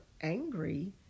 angry